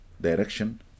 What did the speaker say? direction